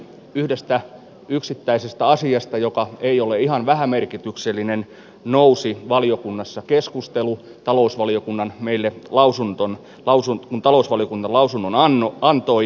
yhdestä yksittäisestä asiasta joka ei ole ihan vähämerkityksellinen nousi valiokunnassa keskustelu kun talousvaliokunta lausunnon antoi